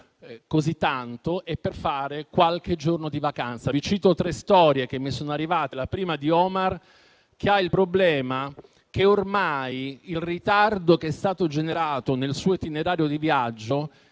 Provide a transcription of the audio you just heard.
così tanto, per fare qualche giorno di vacanza. Cito tre storie che mi sono arrivate: la prima è quella di Omar, che ha il problema che ormai il ritardo che è stato generato nel suo itinerario di viaggio